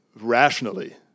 rationally